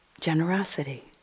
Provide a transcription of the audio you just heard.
generosity